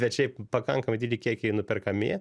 bet šiaip pakankamai dideli kiekiai nuperkami